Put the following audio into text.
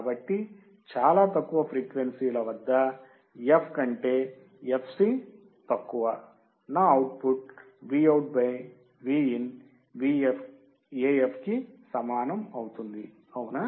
కాబట్టి చాలా తక్కువ ఫ్రీక్వెన్సీ ల వద్ద f కంటే fc తక్కువనా అవుట్పుట్ Vout Vin AF కి సమానం అవుతుంది అవునా